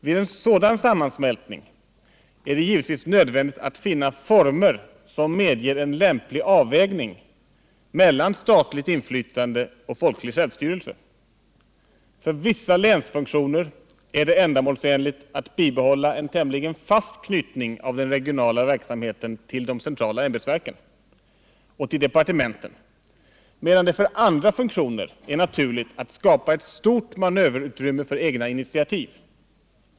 Vid en sådan sammansmältning är det givetvis nödvändigt att finna former som medger en lämplig avvägning mellan statligt inflytande och folklig självstyrelse. För vissa länsfunktioner är det ändamålsenligt att bibehålla en tämligen fast knytning av den regionala verksamheten till de centrala ämbetsverken och till departementen medan det för andra funktioner är naturligt att skapa ett stort manöverutrymme för egna initiativ.